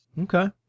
Okay